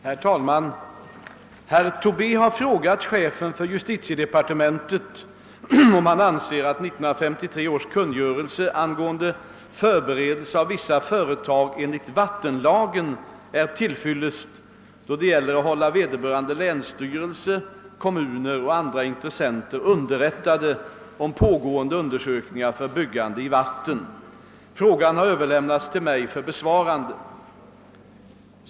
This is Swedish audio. Herr talman! Herr Tobé har frågat chefen för justitiedepartementet, om han anser att 1953 års kungörelse angående förberedelse av vissa företag enligt vattenlagen är till fyllest då det gäller att hålla vederbörande länsstyrelse, kommuner och andra intressenter underrättade om pågående undersökningar för byggande i vatten. Frågan har överlämnats till mig för besvarande.